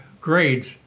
grades